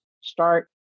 start